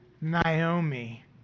Naomi